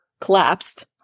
collapsed